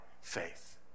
faith